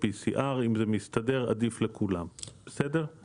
מחדל PCR אם זה מסתדר עדיף לכולם בסדר?